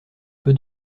peu